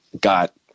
got